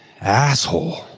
Asshole